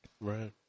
Right